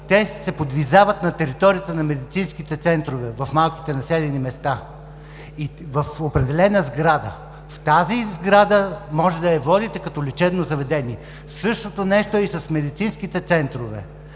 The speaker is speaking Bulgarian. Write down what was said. те се подвизават на територията на медицинските центрове в малките населени места и в определена сграда. В тази сграда, може да я водите като лечебно заведение… Същото нещо е и с медицинските центрове.